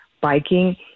biking